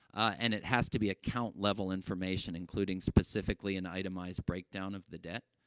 and it has to be account-level information, including, specifically, an itemized breakdown of the debt,